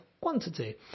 quantity